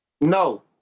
No